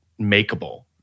makeable